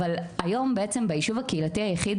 אבל היום בעצם ביישוב הקהילתי היחיד